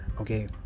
Okay